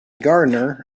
gardener